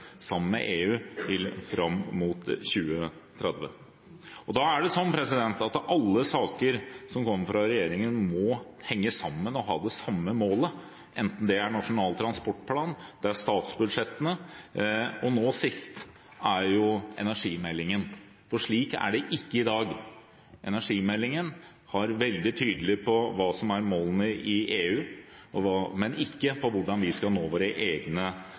sammen med EU fram mot 2030. Da er det sånn at alle saker som kommer fra regjeringen, må henge sammen og ha det samme målet, enten det er Nasjonal transportplan, statsbudsjettene eller – nå sist – energimeldingen, for slik er det ikke i dag. Energimeldingen er veldig tydelig med hensyn til hva som er målene i EU, men ikke til hvordan vi skal nå våre egne